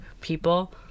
people